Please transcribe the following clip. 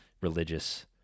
religious